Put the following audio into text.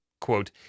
quote